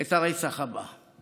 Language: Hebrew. את הרצח הבא.